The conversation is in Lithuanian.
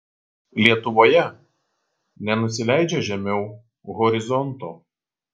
lietuvoje nenusileidžia žemiau horizonto